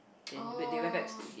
then went~ they went back to sleep again